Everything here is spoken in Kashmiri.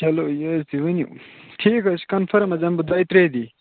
چَلو یہِ حظ تُہۍ ؤنِو ٹھیٖک حظ چھُ کَنفٕرٕم حظ یِمہٕ بہٕ دۅیہِ ترٛےٚ دۅہۍ